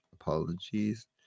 apologies